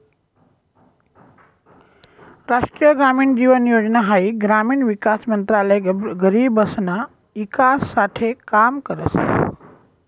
राष्ट्रीय ग्रामीण जीवन योजना हाई ग्रामीण विकास मंत्रालय गरीबसना ईकास साठे काम करस